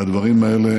שהדברים האלה